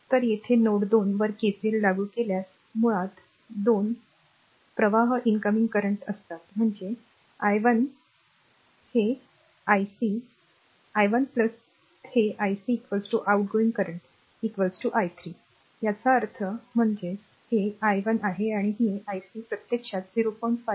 तर येथे नोड २ वर केसीएल लागू केल्यास मुळात २ २ प्रवाह इनकमिंग करंट असतात म्हणजे R i1 i1 हे ic आउटगोइंग करंट i3 याचा अर्थ आर म्हणजेच हे r i1 आहे आणि ही ic प्रत्यक्षात 0